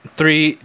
three –